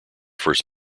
first